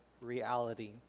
reality